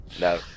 no